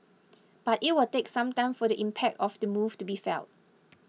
but it will take some time for the impact of the move to be felt